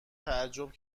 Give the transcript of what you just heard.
تعجب